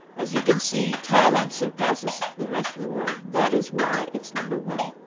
as you can see, thailand surpasses the rest of the world. that is why it's number one.